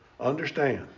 Understand